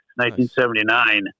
1979